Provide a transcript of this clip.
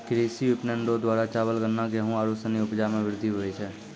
कृषि विपणन रो द्वारा चावल, गन्ना, गेहू आरू सनी उपजा मे वृद्धि हुवै छै